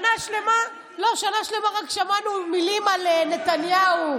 שנה שלמה רק שמענו מילים על נתניהו.